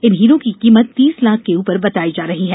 इन हीरों की कीमत तीस लाख के ऊपर बताई जा रही है